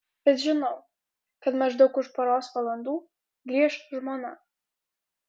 bet žinau kad maždaug už poros valandų grįš žmona